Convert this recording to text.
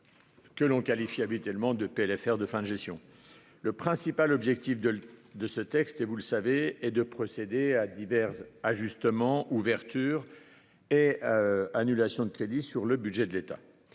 que l'on qualifie généralement de PLFR de fin de gestion. Le principal objectif de ce texte est de procéder à divers ajustements, ouvertures et annulations de crédits sur le budget de l'État.